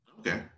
Okay